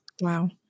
Wow